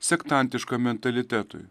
sektantiškam mentalitetui